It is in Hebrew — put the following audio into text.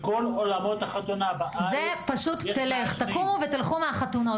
בכל אולמות החתונה בארץ --- פשוט תקומו ותלכו מהחתונות.